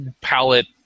Palette